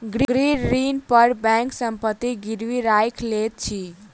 गृह ऋण पर बैंक संपत्ति गिरवी राइख लैत अछि